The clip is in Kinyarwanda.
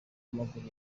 amaguru